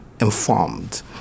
informed